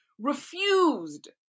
refused